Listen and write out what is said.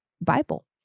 Bible